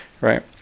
right